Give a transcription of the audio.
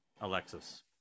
Alexis